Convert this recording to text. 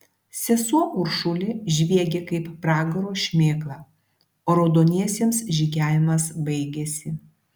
sesuo uršulė žviegė kaip pragaro šmėkla o raudoniesiems žygiavimas baigėsi